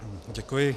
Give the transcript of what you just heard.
Děkuji.